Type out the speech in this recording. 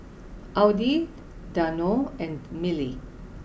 Audi Danone and Mili